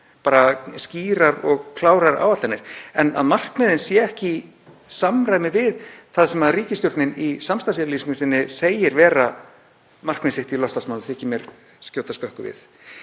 bara skýrar og klárar áætlanir, en að markmiðin séu ekki í samræmi við það sem ríkisstjórnin í samstarfsyfirlýsingu sinni segir vera markmið sitt í loftslagsmálum þykir mér skjóta skökku við.